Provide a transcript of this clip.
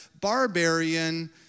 barbarian